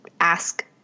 ask